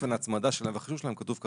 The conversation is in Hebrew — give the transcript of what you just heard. אופן ההצמדה שלהן והחישוב שלהן כתוב כרגע,